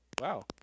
Wow